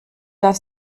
darf